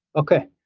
okay.